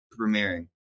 premiering